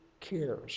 cares